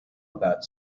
about